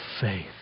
faith